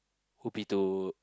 would be to